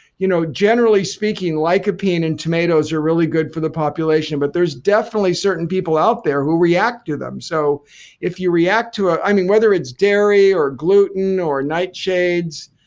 you know generally speaking, like lycopene in tomatoes are really good for the population but there's definitely certain people out there who react to them. so if you react to it, i mean whether it's dairy or gluten or nightshades,